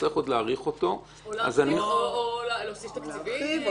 שצריך להאריך אותו- - או להוסיף תקציבים.